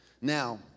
Now